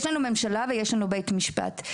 יש ממשלה ויש בית משפט.